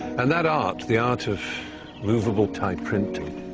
and that art, the art of moveable type printing,